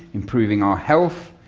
improving our health,